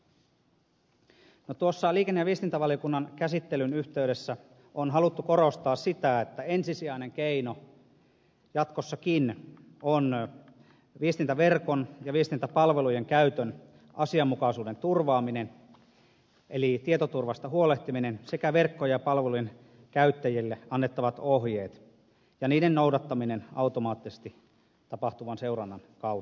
liikenne ja viestintävaliokunnan käsittelyn yhteydessä on haluttu korostaa sitä että ensisijainen keino jatkossakin on viestintäverkon ja viestintäpalvelujen käytön asianmukaisuuden turvaaminen eli tietoturvasta huolehtiminen sekä verkkojen ja palvelujen käyttäjille annettavat ohjeet ja niiden noudattaminen automaattisesti tapahtuvan seurannan kautta